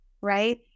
right